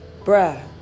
bruh